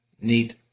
neat